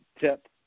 tip